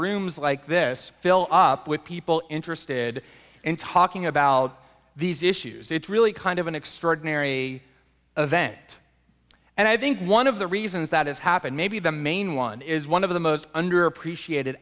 rooms like this fill up with people interested in talking about these issues it's really kind of an extraordinary event and i think one of the reasons that has happened maybe the main one is one of the most underappreciated